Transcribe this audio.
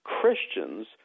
Christians